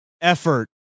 effort